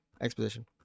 exposition